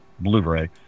blu-ray